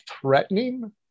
threatening